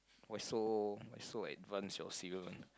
why so why so advanced your cereal [one]